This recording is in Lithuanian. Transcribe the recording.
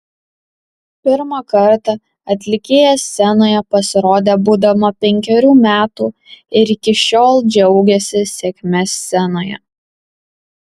pirmą kartą atlikėja scenoje pasirodė būdama penkerių metų ir iki šiol džiaugiasi sėkme scenoje